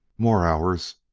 more hours,